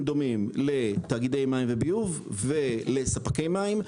דומים לתאגידי מים וביוב ולספקי מים.